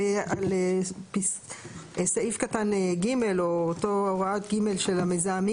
אני ממנהלת ענף המזון באיגוד לשכות המסחר.